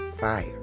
fire